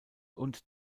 und